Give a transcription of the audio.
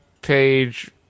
Page